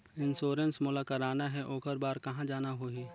Insurance मोला कराना हे ओकर बार कहा जाना होही?